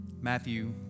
Matthew